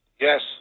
Yes